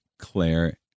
Claire